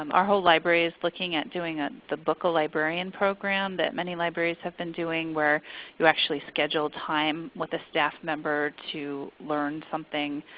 um our whole library is looking at doing ah the book a librarian program that many libraries have been doing where you actually schedule time with a staff member to learn something,